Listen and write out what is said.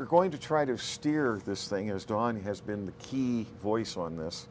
we're going to try to steer this thing as dawn has been the key voice on this